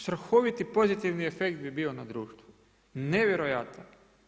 Strahoviti pozitivni efekt bi bio na društvu, nevjerojatan.